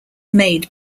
made